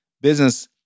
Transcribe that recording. business